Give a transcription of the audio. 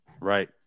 Right